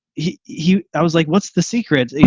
he he was like, what's the secret? you